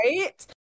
right